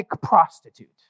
prostitute